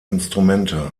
instrumente